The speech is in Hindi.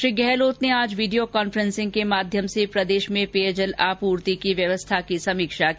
श्री गहलोत ने आज वीडियो कांफ्रेसिंग के माध्यम से प्रदेश में पेयजल आपूर्ति की व्यवस्थाओं की समीक्षा की